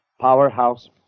Powerhouse